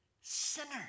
sinner